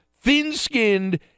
thin-skinned